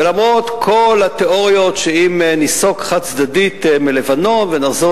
ולמרות כל התיאוריות שאם ניסוג חד-צדדית מלבנון ונחזור